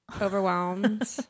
Overwhelmed